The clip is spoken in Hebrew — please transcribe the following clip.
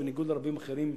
בניגוד לרבים אחרים,